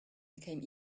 became